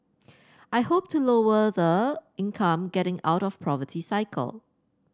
I hope to lower the income getting out of poverty cycle